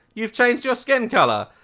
you've changed your skin color.